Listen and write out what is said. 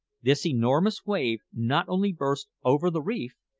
this enormous wave not only burst over the reef,